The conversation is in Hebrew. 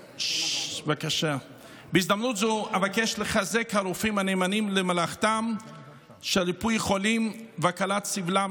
אבקש לחזק את הרופאים הנאמנים למלאכתם של ריפוי חולים והקלת סבלם